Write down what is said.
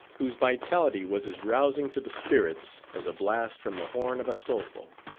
whose vitality was as rousing to the spirits as a blast from the horn of astolpho.